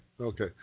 okay